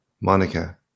Monica